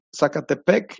Zacatepec